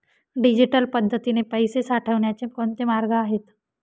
Digital पद्धतीने पैसे पाठवण्याचे कोणते मार्ग आहेत?